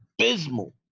abysmal